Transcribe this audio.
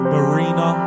Marina